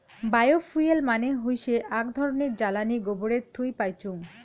bio fuel মানে হৈসে আক ধরণের জ্বালানী গোবরের থুই পাইচুঙ